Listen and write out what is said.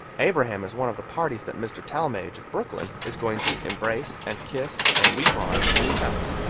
abraham is one of the parties that mr. talmage, of brooklyn, is going to embrace, and kiss, and weep on, when he comes.